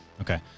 Okay